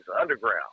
Underground